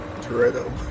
Toretto